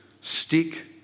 stick